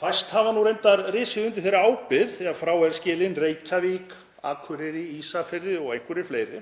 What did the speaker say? Fæst hafa reyndar risið undir þeirri ábyrgð þegar frá eru skilin Reykjavík, Akureyri, Ísafjörður og einhver fleiri.